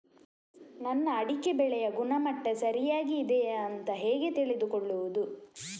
ನನ್ನ ಅಡಿಕೆ ಬೆಳೆಯ ಗುಣಮಟ್ಟ ಸರಿಯಾಗಿ ಇದೆಯಾ ಅಂತ ಹೇಗೆ ತಿಳಿದುಕೊಳ್ಳುವುದು?